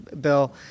Bill